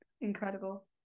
Incredible